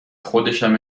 خودشم